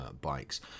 bikes